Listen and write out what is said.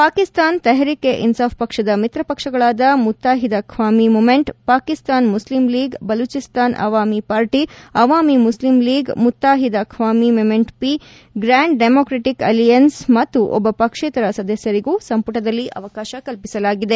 ಪಾಕಿಸ್ತಾನ್ ತೆಹರೀಕ್ ಎ ಇನ್ಲಾಫ್ ಪಕ್ಷದ ಮಿತ್ರ ಪಕ್ಷಗಳಾದ Muttahida Qaumi Movement Pakistan Muslim League Balochistan Awami Party Awami Muslim League Muttahida Qaumi Movement P Grand Democratic Alliance ಮತ್ತು ಒಬ್ಬ ಪಕ್ಷೇತರ ಸದಸ್ದರಿಗೂ ಸಂಪುಟದಲ್ಲಿ ಅವಕಾಶ ಕಲ್ಪಿಸಲಾಗಿದೆ